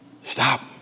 Stop